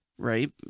Right